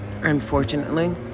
Unfortunately